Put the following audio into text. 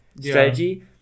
strategy